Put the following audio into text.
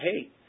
hey